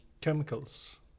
chemicals